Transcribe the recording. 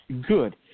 Good